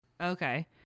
okay